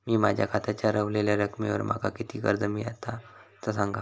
मी माझ्या खात्याच्या ऱ्हवलेल्या रकमेवर माका किती कर्ज मिळात ता सांगा?